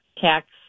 tax